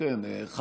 אני פה.